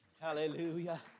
Hallelujah